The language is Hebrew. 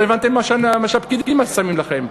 לא הבנתם מה שהפקידים שמים לכם.